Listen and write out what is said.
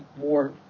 more